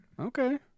Okay